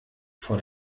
vor